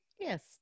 Yes